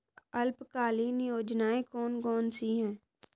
अल्पकालीन योजनाएं कौन कौन सी हैं?